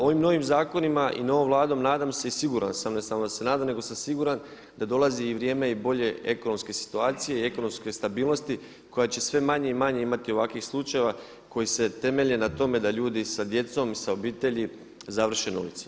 Ovim novim zakonima i novom Vladom nadam se i siguran sam, ne samo da se nadam, nego sam siguran da dolazi i vrijeme i bolje ekonomske situacije i ekonomske stabilnosti koja će sve manje i manje imati ovakvih slučajeva koji se temelje na tome da ljudi sa djecom i sa obitelji završe na ulici.